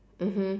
mmhmm